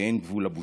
ואין גבול לבושה.